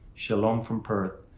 shalom from perth.